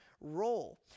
role